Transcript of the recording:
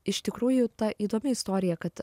iš tikrųjų ta įdomi istorija kad